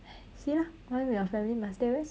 see lah why your family must stay west